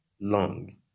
long